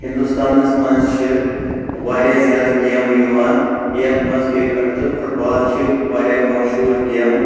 ہندوستان منٛز چھِ واریاہ زیادٕ گیمہٕ یِوان یَتھ منٛز کِرکَٹ تہٕ فٹ بال چھِ واریاہ مشہوٗر گیمہٕ